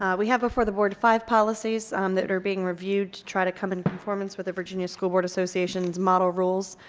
ah we have before the board five policies that are being reviewed to try to come into performance with the virginia school board associations model rules.